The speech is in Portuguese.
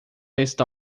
está